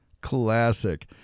classic